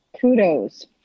Kudos